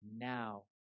now